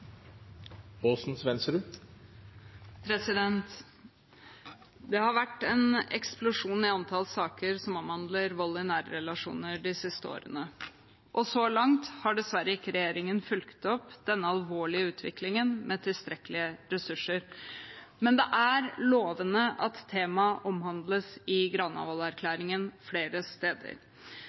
Det har vært en eksplosjon i antall saker som omhandler vold i nære relasjoner de siste årene. Så langt har regjeringen dessverre ikke fulgt opp denne alvorlige utviklingen med tilstrekkelige ressurser. Men det er lovende at temaet flere steder omtales i